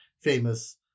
famous